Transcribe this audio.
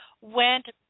went